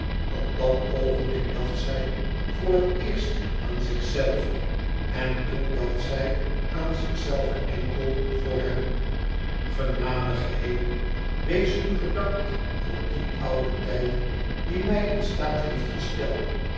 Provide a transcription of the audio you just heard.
op dat oogenblik dacht zij voor het eerst aan zich zelve en toen dacht zij aan zich zelve enkel voor hem genadige hemel wees nu gedankt voor dien ouden tijd die m in staat heeft gesteld